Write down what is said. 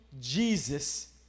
Jesus